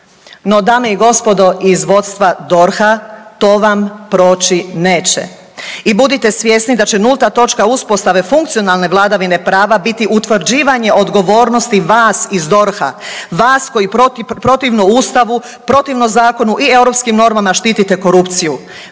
No dame i gospodo iz vodstva DORH-a to vam proći neće. I budite svjesni da će nulta točka uspostave funkcionalne vladavine prava biti utvrđivanje odgovornosti vas iz DORH-a, vas koji protivno ustavu, protivno zakonu i europskim normama štitite korupciju.